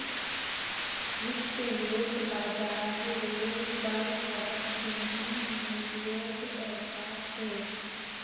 वित्तयेत बाजारेर पर फरक किन्ही मूल्योंक दर्शा छे